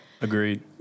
Agreed